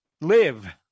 live